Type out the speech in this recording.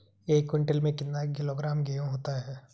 एक क्विंटल में कितना किलोग्राम गेहूँ होता है?